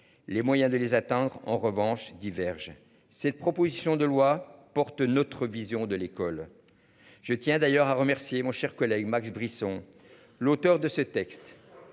les moyens de les atteindre en revanche diverge cette proposition de loi porte notre vision de l'école. Je tiens d'ailleurs à remercier mon cher collègue, Max Brisson. L'auteur de ce texte.